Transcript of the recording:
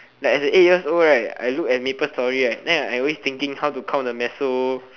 like as a eight years old right I look at maple story right then I always thinking how to count the meso